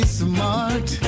smart